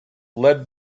led